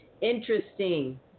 interesting